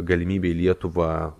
galimybė į lietuvą